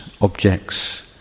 objects